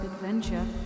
Adventure